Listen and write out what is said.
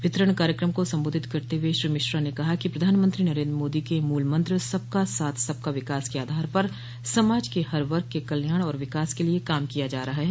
वितरण कार्यक्रम को संबोधित करते हुए श्री मिश्रा ने कहा कि प्रधानमंत्री नरेन्द्र मोदी के मूल मंत्र सबका साथ सबका विकास के आधार पर समाज के हर वर्ग के कल्याण और विकास के लिये काम किया जा रहा है